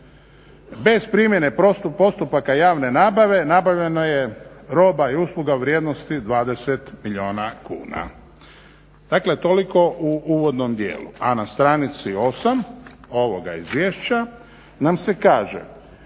Bez primjene postupaka javne nabave nabavljeno je roba i usluga u vrijednosti 20 milijuna kuna. Dakle, toliko u uvodnom djelu. A na stranici 8 ovoga izvješća nam se kaže,